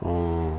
uhh